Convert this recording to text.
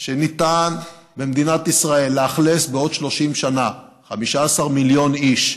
שניתן במדינת ישראל לאכלס בעוד 30 שנה 15 מיליון איש,